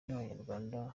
n’abanyarwanda